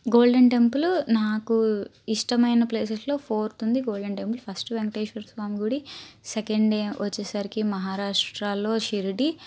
golden temple నాకు ఇష్టమైన ప్లేసెస్లో ఫోర్త్ ఉంది golden temple first Venkateswara Swamy గుడి సెకండ్ వచ్చేసరికి మహారాష్ట్రలో షిరిడి